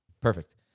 Perfect